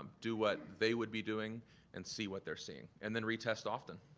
do what they would be doing and see what they're seeing and then retest often.